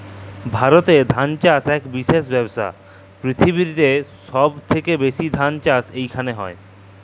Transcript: ভারতেল্লে ধাল চাষ ইক বিশেষ ব্যবসা, পিরথিবিরলে সহব থ্যাকে ব্যাশি ধাল চাষ ইখালে হয়